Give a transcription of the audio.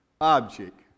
object